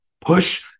push